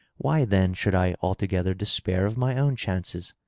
why, then, should i altogether despair of my own chances?